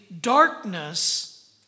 darkness